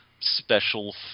special